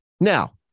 Now